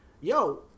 yo